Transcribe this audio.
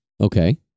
Okay